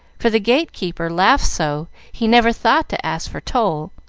for the gate-keeper laughed so he never thought to ask for toll.